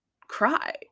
cry